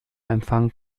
empfang